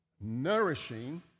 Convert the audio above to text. Nourishing